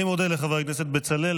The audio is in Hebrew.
אני מודה לחבר הכנסת בצלאל.